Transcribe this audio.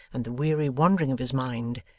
and the weary wandering of his mind,